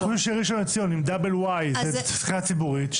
אם אתם חושבים שראשון לציון עם דאבל Y זה סכנה ציבורית,